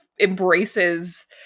embraces